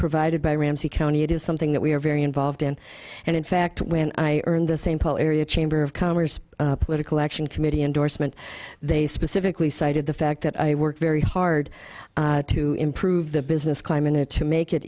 provided by ramsey county it is something that we are very involved in and in fact when i earned the same poll area chamber of commerce political action committee endorsement they specifically cited the fact that i work very hard to improve the business climate to make it